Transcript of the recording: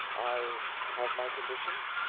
i have my conditions?